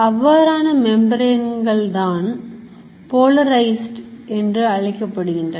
அவ்வாறான மெம்பரேன் தான் Polarized என்று அழைக்கப்படுகிறது